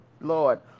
lord